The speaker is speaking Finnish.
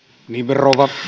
rouva